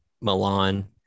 Milan